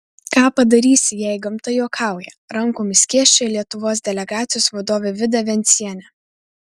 ką padarysi jei gamta juokauja rankomis skėsčiojo lietuvos delegacijos vadovė vida vencienė